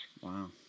Wow